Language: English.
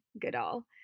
Goodall